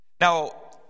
now